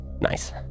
Nice